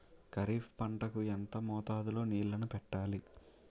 ఖరిఫ్ పంట కు ఎంత మోతాదులో నీళ్ళని పెట్టాలి?